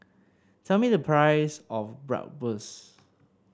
tell me the price of Bratwurst